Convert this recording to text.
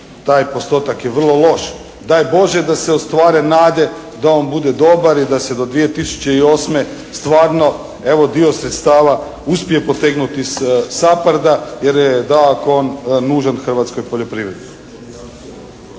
Taj postotak je vrlo loš. Daj Bože da se ostvare nade da on bude dobar i da se do 2008. stvarno evo dio sredstava uspije potegnuti sa SAPHARD-a jer je dakako on nužan hrvatskoj poljoprivredi.